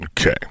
Okay